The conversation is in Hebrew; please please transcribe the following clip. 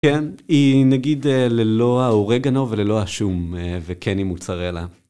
כן, היא נגיד ללא ההאורגנו וללא השום, וכן היא מוצרה לה.